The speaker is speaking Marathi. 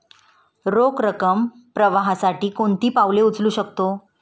रोख रकम प्रवाहासाठी कोणती पावले उचलू शकतो?